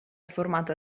formata